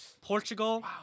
Portugal